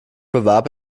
bewarb